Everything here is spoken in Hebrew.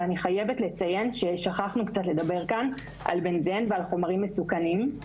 אבל אני חייבת לציין ששכחנו קצת לדבר כאן על בנזן ועל חומרים מסוכנים.